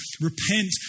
Repent